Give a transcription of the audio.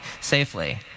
safely